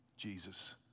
Jesus